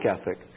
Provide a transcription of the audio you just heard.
ethic